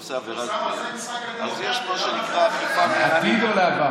ועושה עבירת בנייה, יש מה שנקרא אכיפה מינהלית.